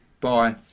bye